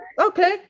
Okay